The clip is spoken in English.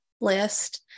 list